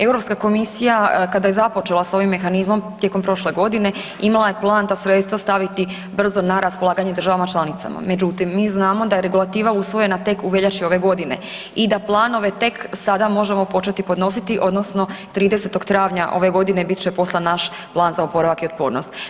Europska komisija kada je započela s ovim mehanizmom tijekom prošle godine imala je plan ta sredstva staviti brzo na raspolaganje državama članicama, međutim mi znamo da je regulativa usvojena tek u veljači ove godine i da planove tek sada možemo početi podnositi odnosno 30.travnja ove godine bit će poslan naš plan za opravak i otpornost.